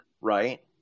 right